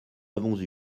avons